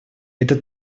это